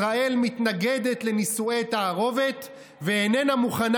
ישראל מתנגדת לנישואי תערובת ואיננה מוכנה